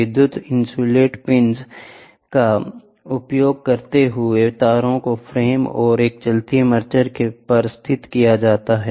विद्युत insulate pins का उपयोग करते हुए तारों को फ्रेम और एक चलती आर्मेचर पर स्थित किया जाता है